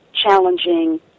challenging